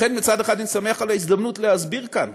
לכן, מצד אחד אני שמח על ההזדמנות להסביר כאן